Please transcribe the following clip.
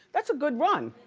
that's a good run.